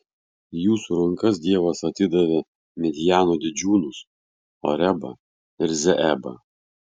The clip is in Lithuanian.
į jūsų rankas dievas atidavė midjano didžiūnus orebą ir zeebą